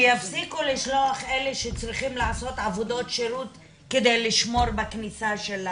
שיפסיקו לשלוח את אלה שצריכים לעשות עבודות שירות כדי לשמור בכניסה.